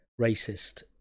racist